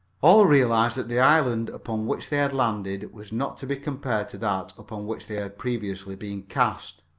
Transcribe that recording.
all realized that the island upon which they had landed was not to be compared to that upon which they had previously been cast.